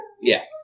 Yes